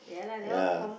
ya